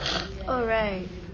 alright